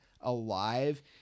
alive